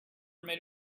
made